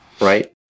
right